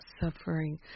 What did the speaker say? suffering